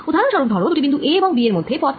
উদাহরন স্বরুপ ধরো দুটি বিন্দু a এবং b এর মধ্যের পথ